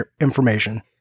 information